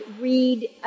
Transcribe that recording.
read